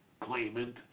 claimant